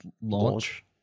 Launch